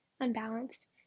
unbalanced